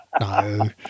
No